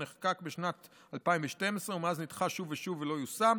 שנחקק בשנת 2012 ומאז נדחה שוב ושוב ולא יושם.